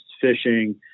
fishing